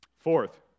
Fourth